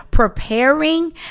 Preparing